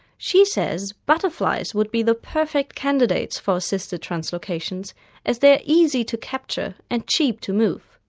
she says butterflies would be the perfect candidates for assisted translocations as they're easy to capture and cheap to move.